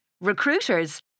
Recruiters